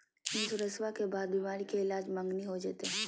इंसोरेंसबा के बाद बीमारी के ईलाज मांगनी हो जयते?